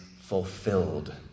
fulfilled